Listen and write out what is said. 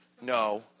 No